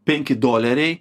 penki doleriai